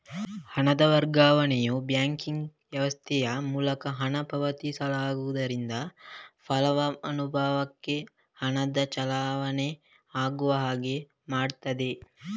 ಹಣದ ವರ್ಗಾವಣೆಯು ಬ್ಯಾಂಕಿಂಗ್ ವ್ಯವಸ್ಥೆಯ ಮೂಲಕ ಹಣ ಪಾವತಿದಾರರಿಂದ ಫಲಾನುಭವಿಗೆ ಹಣದ ಚಲಾವಣೆ ಆಗುವ ಹಾಗೆ ಮಾಡ್ತದೆ